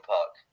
Park